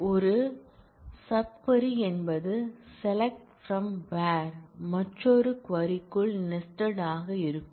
ஒரு sub query என்பது SELECT FROM WHERE மற்றொரு க்வரி க்குள் நெஸ்டட் ஆக இருக்கும்